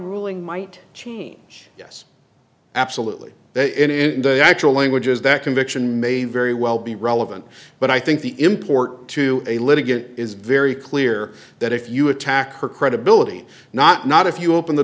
ruling might change yes absolutely that in the actual language is that conviction may very well be relevant but i think the import to a litigant is very clear that if you attack her credibility not not if you open the